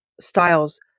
Styles